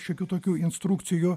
šiokių tokių instrukcijų